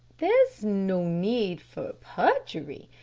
there's no need for perjury,